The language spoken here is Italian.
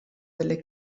delle